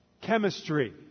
Chemistry